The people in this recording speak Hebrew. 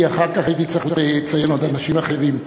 כי אחר כך הייתי צריך לציין עוד אנשים אחרים.